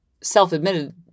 self-admitted